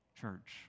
church